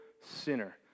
sinner